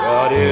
God